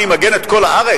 אני אמגן את כל הארץ?